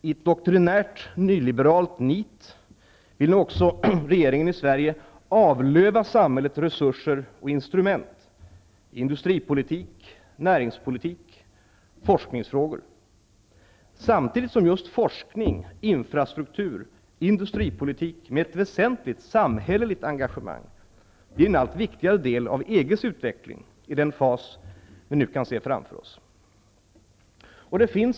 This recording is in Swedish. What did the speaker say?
I doktrinärt nyliberalt nit vill nu också regeringen i Sverige avlöva samhället resurser och instrument i industripolitik, näringspolitik och forskningsfrågor. Det är samtidigt som just forskning, infrastruktur och industripolitik med ett väsentligt samhälleligt engagemang blir en allt viktigare del av EG:s utveckling i den fas vi nu kan se framför oss. Herr talman!